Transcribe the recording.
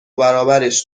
برابرش